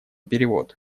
перевод